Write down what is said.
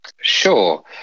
Sure